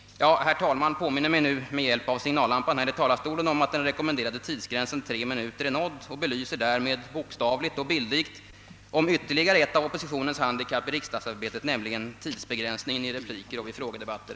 Herr talmannen påminner mig nu med hjälp av signallampan här i talarstolen om att den rekommenderade tidsgränsen tre minuter är nådd och belyser därmed bostavligt och bildligt ytterligare ett av oppositionens handikapp i riksdagsarbetet, nämligen tidsbegränsningen vid repliker och frågedebatter.